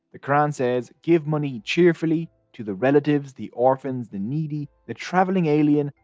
the quran says give money, cheerfully, to the relatives, the orphans, the needy, the traveling alien,